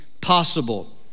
possible